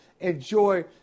enjoy